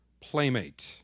playmate